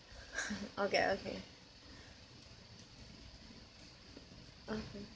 okay okay okay